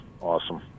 awesome